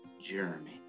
Jeremy